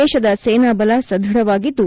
ದೇಶದ ಸೇನಾಬಲ ಸದೃಢವಾಗಿದ್ದು